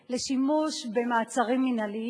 לשימוש במעצרים מינהליים,